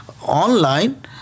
online